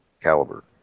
caliber